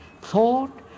thought